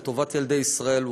לטובת ילדי ישראל,